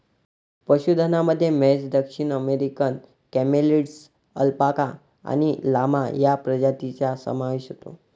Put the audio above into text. पशुधनामध्ये म्हैस, दक्षिण अमेरिकन कॅमेलिड्स, अल्पाका आणि लामा या प्रजातींचा समावेश होतो